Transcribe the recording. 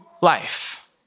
life